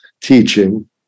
teaching